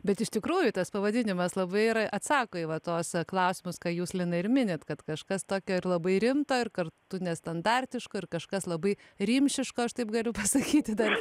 bet iš tikrųjų tas pavadinimas labai ir atsako į va tuos klausimus ką jūs linai ir minit kad kažkas tokio ir labai rimto ir kartu nestandartiško ir kažkas labai rimšiško aš taip galiu pasakyti dar